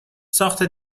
ساخت